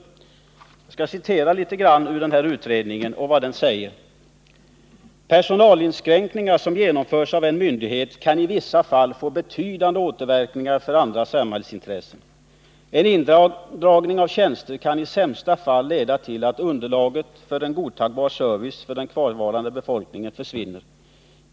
Jag skall citera litet ur denna utredning: ”Personalinskränkningar som genomförs av en myndighet kan i vissa fall få betydande återverkningar för andra samhällsintressen. En indragning av tjänster kan i sämsta fall leda till att underlaget för en godtagbar service för den kvarvarande befolkningen försvinner.